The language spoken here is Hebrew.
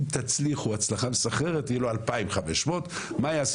אם תצליחו הצלחה מסחררת יהיה לו 2,500. מה יעשה